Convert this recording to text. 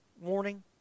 warning